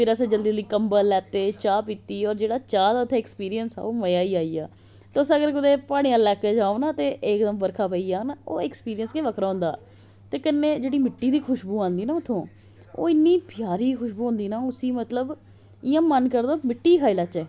फिर असें जल्दी जल्दी कंबल लैते चाह् पीती और जेहड़ा चाह् दा उत्थै ऐक्सपिरियसं हा ओह् मजा ही आई गेआ तुस अगर कुतै प्हाडे़ं आहले लाकै जाओ ना ते इक दम बर्खा पेई जा ना ओह् ऐक्सपिरियंस गै बक्खरा होंदा ते कन्ऩी जेहडी मिट्टी दी खुश्बू आंदी ना उत्थू ओह् इन्नी प्यारी खुश्बू होंदी ना उसी मतलब इयां मन करदा मिट्टी गै खाई लैचै